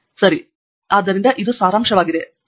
ಸರಿ ಆದ್ದರಿಂದ ಇದು ಸಾರಾಂಶವಾಗಿದೆ